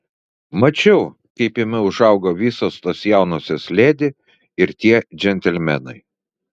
mačiau kaip jame užaugo visos tos jaunosios ledi ir tie džentelmenai